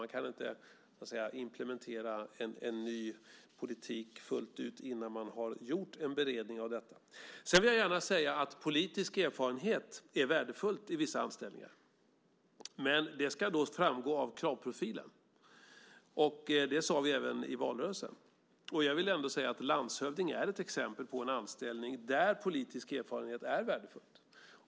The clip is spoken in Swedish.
Man kan inte implementera en ny politik fullt ut innan man har gjort en beredning. Sedan vill jag gärna säga att politisk erfarenhet är värdefull i vissa anställningar. Men det ska framgå av kravprofilen. Det sade vi även i valrörelsen. Och landshövding är ett exempel på en anställning där politisk erfarenhet är värdefull.